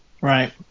Right